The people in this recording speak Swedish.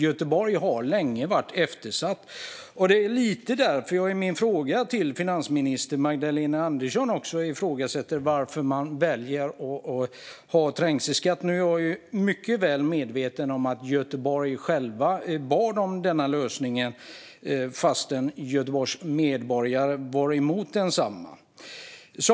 Göteborg har länge varit eftersatt, och det är lite därför jag i min fråga till finansminister Magdalena Andersson ifrågasätter varför man väljer att ha trängselskatt. Nu är jag mycket väl medveten om att Göteborg självt bad om denna lösning, fastän Göteborgs medborgare var emot densamma.